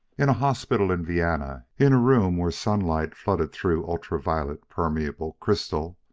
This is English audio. in a hospital in vienna, in a room where sunlight flooded through ultraviolet permeable crystal,